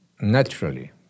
naturally